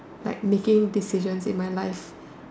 like making decisions in my life